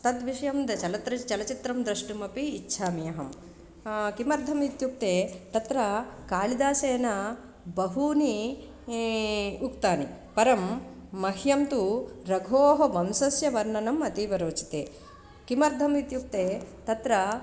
तद्विषयं द चलचित्रं चलचित्रं द्रष्टुमपि इच्छामि अहं किमर्थं इत्युक्ते तत्र कालिदासेन बहूनि उक्तानि परं मह्यं तु रघोः वंशस्य वर्णनम् अतीवरोचते किमर्थम् इत्युक्ते तत्र